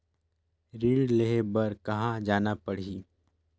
ऋण लेहे बार कहा जाना पड़ही?